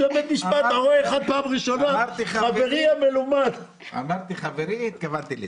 כשאמרתי "חברי" התכוונתי לזה.